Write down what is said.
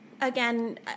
again